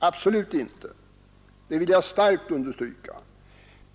Absolut inte! Det vill jag starkt understryka!